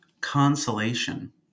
consolation